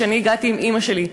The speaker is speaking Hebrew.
כשהגעתי עם אימא שלי,